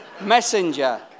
Messenger